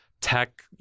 tech